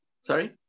Sorry